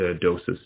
doses